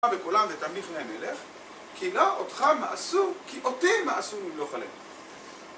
וכולם ותמליך להם מלך, כי לא אותך מעשו, כי אותי מעשו, למלוך עליהם.